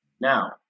Now